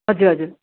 हजुर हजुर